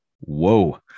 Whoa